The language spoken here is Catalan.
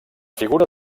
figura